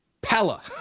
Pella